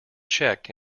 cheque